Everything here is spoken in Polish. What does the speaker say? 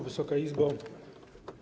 Wysoka Izbo!